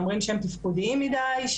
אומרים שהם תפקודיים מידי,